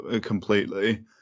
completely